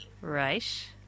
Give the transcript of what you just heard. Right